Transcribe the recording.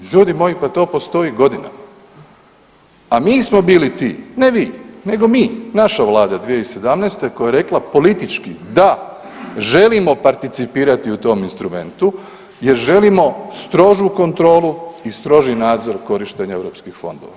Pa ljudi moji, pa to postoji godinama, a mi smo bili ti, ne vi, nego mi, naša vlada 2017. koja je rekla politički da, želimo participirati u tom instrumentu jer želimo strožu kontrolu i stroži nadzor korištenja EU fondova.